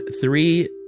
three